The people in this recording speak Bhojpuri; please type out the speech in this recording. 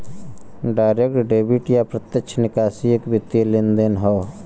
डायरेक्ट डेबिट या प्रत्यक्ष निकासी एक वित्तीय लेनदेन हौ